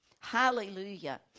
Hallelujah